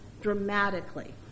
dramatically